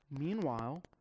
Meanwhile